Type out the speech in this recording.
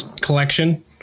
collection